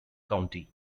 county